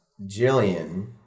Jillian